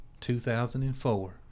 2004